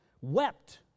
wept